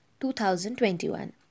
2021